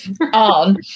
on